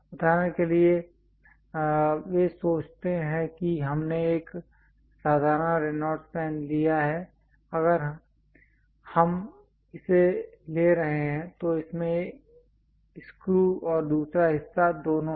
उदाहरण के लिए आह वे सोचते हैं कि हमने एक साधारण रेनॉल्ड्स पेन लिया है अगर हम इसे ले रहे हैं तो इसमें स्क्रू और दूसरा हिस्सा दोनों हैं